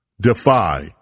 defy